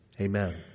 Amen